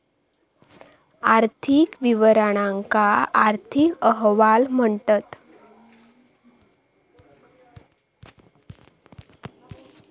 आर्थिक विवरणांका आर्थिक अहवाल म्हणतत